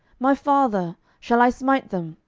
my father, shall i smite them?